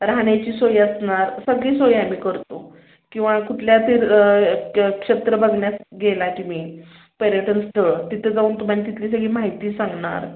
राहण्याची सोय असणार सगळी सोय आम्ही करतो किंवा कुठल्या फिर क्य क्षेत्र बघण्यास गेला तुम्ही पर्यटन स्थळ तिथं जाऊन तुम्हाला तिथली सगळी माहिती सांगणार